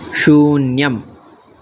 शून्यम्